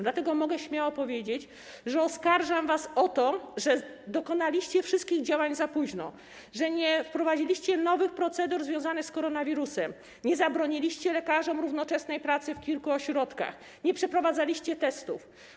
Dlatego mogę śmiało powiedzieć, że oskarżam was o to, że dokonaliście wszystkich działań za późno, że nie wprowadziliście nowych procedur związanych z koronawirusem, nie zabroniliście lekarzom równoczesnej pracy w kilku ośrodkach, nie przeprowadzaliście testów.